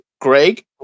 Greg